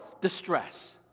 distress